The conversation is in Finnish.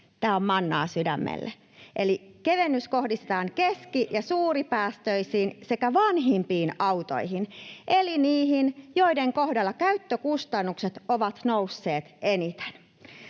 vähän sydämestä!] Eli kevennys kohdistetaan keski‑ ja suuripäästöisiin sekä vanhimpiin autoihin eli niihin, joiden kohdalla käyttökustannukset ovat nousseet eniten.